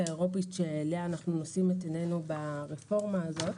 האירופית אליה אנחנו נושאים את עינינו ברפורמה הזאת.